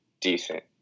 decent